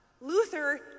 Luther